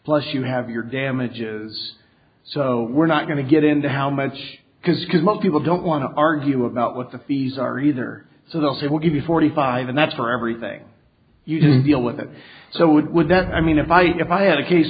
plus you have your damages so we're not going to get into how much because because most people don't want to argue about what the fees are either so they'll say we'll give you forty five and that's for everything you do deal with it so it was that i mean if i if i had a case